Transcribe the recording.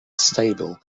stable